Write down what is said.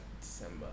December